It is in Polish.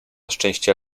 szczęście